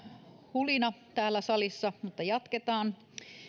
hulina mutta jatketaan